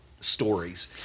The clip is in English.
stories